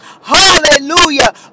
hallelujah